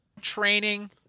training